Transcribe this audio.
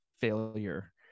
failure